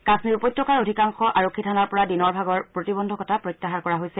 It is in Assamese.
কাম্মীৰ উপত্যকাৰ অধিকাংশ আৰক্ষী থানাৰ পৰা দিনৰ ভাগৰ প্ৰতিবন্ধকতা প্ৰত্যাহাৰ কৰা হৈছে